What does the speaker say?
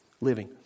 living